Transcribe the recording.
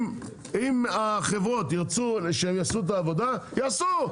אם החברות ירצו שהם יעשו את העבודה, יעשו.